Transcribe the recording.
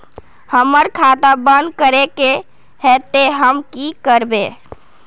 हमर खाता बंद करे के है ते हम की करबे?